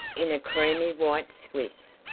in a creamy white swiss,